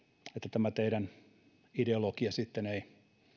tämä teidän ideologianne ei